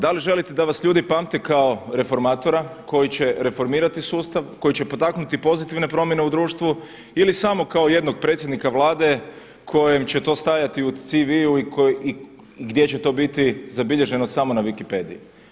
Da li želite da vas ljudi pamte kao reformatora koji će reformirati sustav, koji će potaknuti pozitivne promjene u društvu ili samo kao jednog predsjednika Vlade kojem će to stajati u CV-u i gdje će to biti zabilježeno samo na wikipediji.